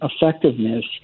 effectiveness